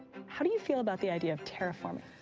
how do you feel about the idea of terraforming?